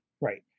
right